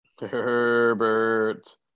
Herbert